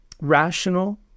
rational